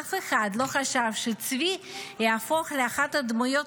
אף אחד לא חשב שצבי יהפוך לאחת הדמויות